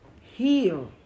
heal